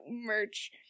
merch